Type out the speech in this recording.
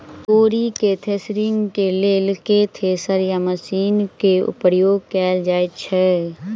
तोरी केँ थ्रेसरिंग केँ लेल केँ थ्रेसर या मशीन केँ प्रयोग कैल जाएँ छैय?